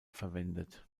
verwendet